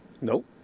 Nope